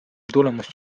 tulemus